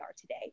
today